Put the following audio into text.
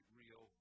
real